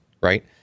right